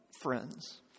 friends